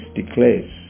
declares